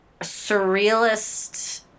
surrealist